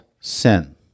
sin